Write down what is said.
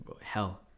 hell